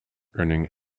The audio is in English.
earning